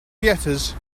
theatres